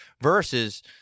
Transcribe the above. versus